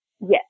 Yes